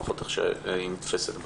לפחות איך שהיא נתפסת,